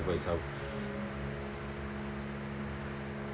whatsoever itself